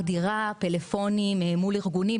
פלאפונים מול ארגונים,